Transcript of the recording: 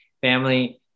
family